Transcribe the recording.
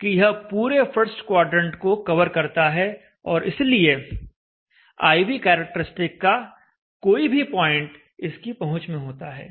कि यह पूरे फर्स्ट क्वाड्रेंट को कवर करता है और इसलिए I V करैक्टरिस्टिक का कोई भी पॉइंट इसकी पहुंच में होता है